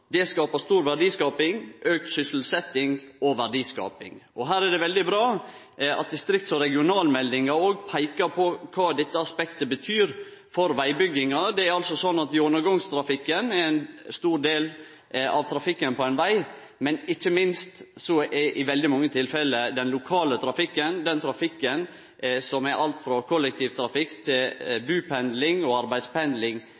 det skapar stor verdiskaping og økt sysselsetjing. Det er veldig bra at distrikts- og regionalmeldinga òg peikar på kva dette aspektet betyr for vegbygginga. Gjennomgangstrafikken er ein stor del av trafikken på ein veg, men ikkje minst er i veldig mange tilfelle den lokale trafikken, den trafikken som er alt frå kollektivtrafikk til